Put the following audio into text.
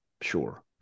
Sure